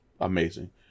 amazing